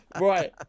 Right